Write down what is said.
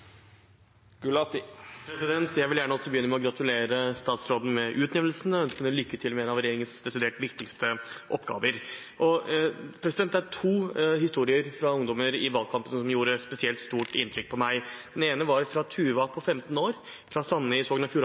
Jeg vil også gjerne begynne med å gratulere statsråden med utnevnelsen og ønske lykke til med en av regjeringens desidert viktigste oppgaver. Det er to historier fra ungdommer som gjorde spesielt stort inntrykk på meg i valgkampen. Den ene var fra Tuva på 15 år, fra Sande i Sogn og